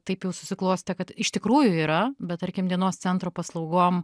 taip jau susiklostė kad iš tikrųjų yra bet tarkim dienos centro paslaugom